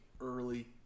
early